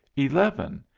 eleven.